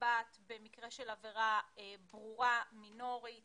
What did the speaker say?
נקבעת במקרה של עבירה ברורה, מינורית